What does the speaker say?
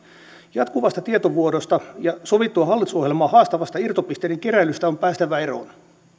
jatkuvasta tietovuodosta ja sovittua hallitusohjelmaa haastavasta irtopisteiden keräilystä on päästävä eroon